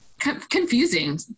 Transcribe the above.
confusing